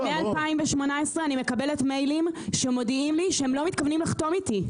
מ-2018 אני מקבלת מיילים שמודיעים לי שהם לא מתכוונים לחתום איתי.